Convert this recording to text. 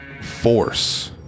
Force